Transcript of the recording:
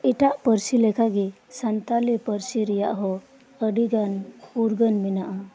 ᱮᱴᱟᱜ ᱯᱟᱨᱥᱤ ᱞᱮᱠᱟᱜᱮ ᱥᱟᱱᱛᱟᱞᱤ ᱯᱟᱨᱥᱤ ᱨᱮᱭᱟᱜ ᱦᱚᱸ ᱟᱰᱤᱜᱟᱱ ᱩᱨᱜᱟᱹᱢ ᱢᱮᱱᱟᱜᱼᱟ